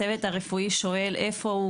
הצוות הרפואי שואל איפה הוא,